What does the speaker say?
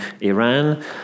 Iran